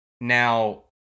now